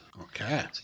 Okay